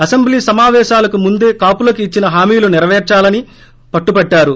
assembly సమాపేశాలకు ముందే కాపులకు ఇచ్చిన హామీలు నెరపేర్చాలని పట్టుబట్టారు